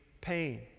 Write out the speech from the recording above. pain